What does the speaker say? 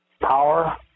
power